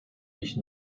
ich